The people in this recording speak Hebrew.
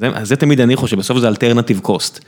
אז זה תמיד אני חושב, בסוף זה alternative cost.